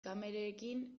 kamerekin